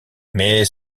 mais